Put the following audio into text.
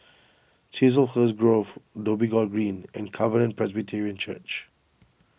Chiselhurst Grove Dhoby Ghaut Green and Covenant Presbyterian Church